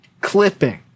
clipping